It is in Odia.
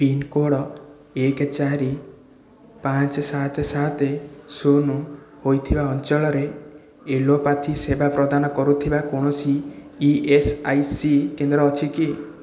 ପିନ୍କୋଡ଼୍ ଏକ ଚାରି ପାଞ୍ଚ ସାତ ସାତ ଶୂନ ହୋଇଥିବା ଅଞ୍ଚଳରେ ଏଲୋପାଥି ସେବା ପ୍ରଦାନ କରୁଥିବା କୌଣସି ଇ ଏସ୍ ଆଇ ସି କେନ୍ଦ୍ର ଅଛି କି